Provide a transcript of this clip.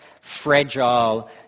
fragile